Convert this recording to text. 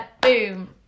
boom